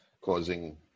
causing